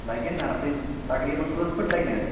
لگیہِ تقریٖباً کٔژ پھٕٹ لگِنس